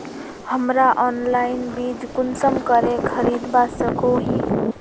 हमरा ऑनलाइन बीज कुंसम करे खरीदवा सको ही?